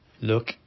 Look